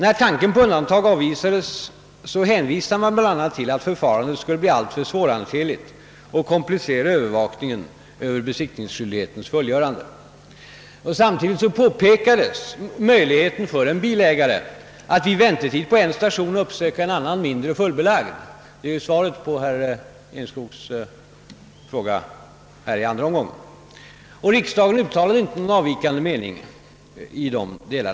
När tanken på undantag avvisades, hänvisade man bland annat till att förfarandet skulle bli alltför svårhanterligt och komplicera övervakningen av besiktningsskyldighetens fullgörande. Samtidigt påpekades möjligheten för en bilägare att vid väntetid på en station uppsöka en annan, mindre fullbelagd. Det är svaret på herr Enskogs fråga här i andra omgången. Riksdagen uttalade inte någon avvikande mening i dessa delar.